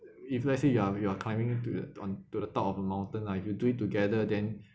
if let's say you are you are climbing to the onto the top of a mountain lah if you do it together then